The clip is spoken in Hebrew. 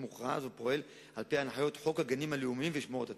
ופועל על-פי הנחיות חוק הגנים הלאומיים ושמורות הטבע.